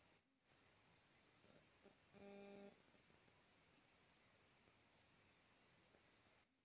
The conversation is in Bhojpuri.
बैंक के यही सब सुविधा के कारन लोग आपन पइसा बैंक में जमा करेलन